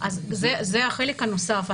זה החלק הנוסף.